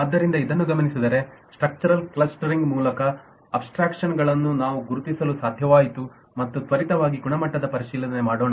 ಆದ್ದರಿಂದ ಇದನ್ನು ಗಮನಿಸಿದರೆ ಸ್ಟ್ರಕ್ಚರಲ್ ಕ್ಲಸ್ಟರಿಂಗ್ ಮೂಲಕ ಅಬ್ಸ್ಟ್ರಾಕ್ಷನ್ಗಳನ್ನು ನಾವು ಗುರುತಿಸಲು ಸಾಧ್ಯವಾಯಿತು ಮತ್ತು ತ್ವರಿತವಾಗಿ ಗುಣಮಟ್ಟದ ಪರಿಶೀಲನೆ ಮಾಡೋಣ